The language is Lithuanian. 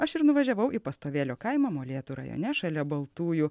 aš ir nuvažiavau į pastovėlio kaimą molėtų rajone šalia baltųjų